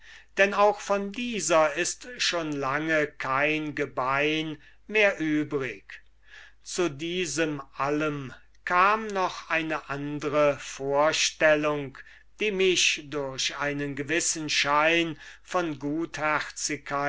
denn auch von dieser ist schon lange kein gebein mehr übrig zu diesem allem kam noch eine andre vorstellung die mich durch einen gewissen schein von